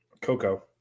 Coco